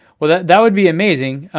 well that that would be amazing.